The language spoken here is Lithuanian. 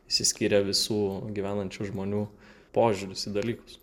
išsiskirė visų gyvenančių žmonių požiūris į dalykus